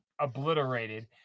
obliterated